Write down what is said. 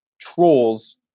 trolls